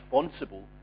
responsible